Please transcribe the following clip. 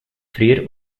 früher